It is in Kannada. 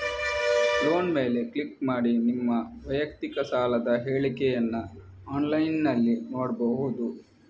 ಲೋನ್ ಮೇಲೆ ಕ್ಲಿಕ್ ಮಾಡಿ ನಿಮ್ಮ ವೈಯಕ್ತಿಕ ಸಾಲದ ಹೇಳಿಕೆಯನ್ನ ಆನ್ಲೈನಿನಲ್ಲಿ ನೋಡ್ಬಹುದು